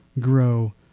grow